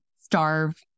starve